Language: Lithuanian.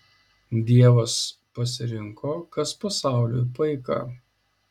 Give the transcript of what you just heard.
dievas pasirinko kas pasauliui paika